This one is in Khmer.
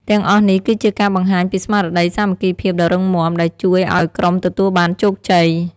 ទាំងអស់នេះគឺជាការបង្ហាញពីស្មារតីសាមគ្គីភាពដ៏រឹងមាំ ដែលជួយឲ្យក្រុមទទួលបានជោគជ័យ។